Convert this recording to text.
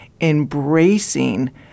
embracing